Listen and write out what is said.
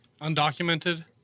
Undocumented